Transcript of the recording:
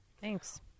Thanks